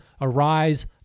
arise